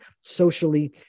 socially